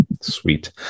Sweet